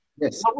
Yes